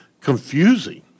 confusing